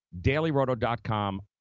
dailyroto.com